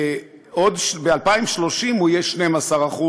ב-2030 הוא יהיה 12%,